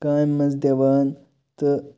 کامہِ مَنٛز دِوان تہٕ